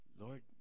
Lord